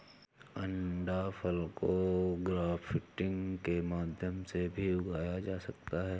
अंडाफल को ग्राफ्टिंग के माध्यम से भी उगाया जा सकता है